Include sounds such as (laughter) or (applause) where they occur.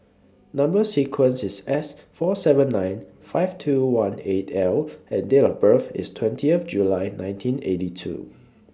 Number sequence IS S four seven nine five two one eight L (noise) and Date of birth IS twentieth July nineteen eighty two